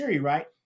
right